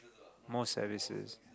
more services